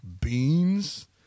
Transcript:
beans